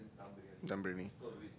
dum Briyani